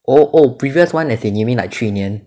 oh oh previous [one] as in you mean like 去年